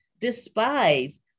despise